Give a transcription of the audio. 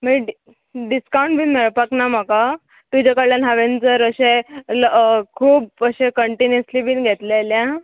मागीर डि डिस्कावंट बीन मेळपाक ना म्हाका तुजे कडल्यान हांवेन जर अशें खूब अशें कंटिन्युअसली बीन घेतलें जाल्यार